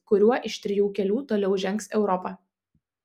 kuriuo iš trijų kelių toliau žengs europa